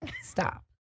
Stop